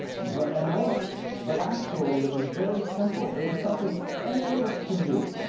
but enormous, but actually, it was very simple, it was something any of us can do.